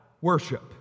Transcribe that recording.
worship